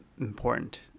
important